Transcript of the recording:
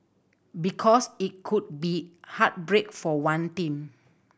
because it could be heartbreak for one team